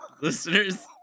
Listeners